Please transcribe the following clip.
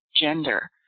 gender